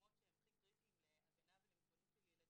במקומות שהם הכי קריטיים להגנה ולמוגנות של ילדים.